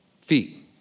feet